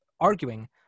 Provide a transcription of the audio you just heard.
arguing